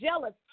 jealous